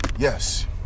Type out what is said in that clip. Yes